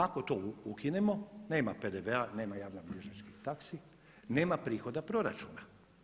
Ako to ukinemo nema PDV-a, nema javnobilježničkih taksi, nema prihoda proračuna.